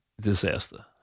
disaster